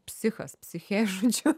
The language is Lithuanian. psichas psiche žodžiu